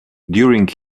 during